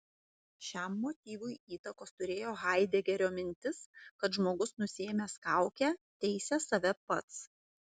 šiam motyvui įtakos turėjo haidegerio mintis kad žmogus nusiėmęs kaukę teisia save pats